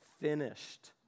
finished